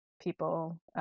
people